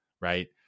right